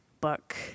book